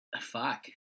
Fuck